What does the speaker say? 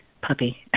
puppy